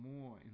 more